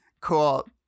cool